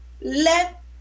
Let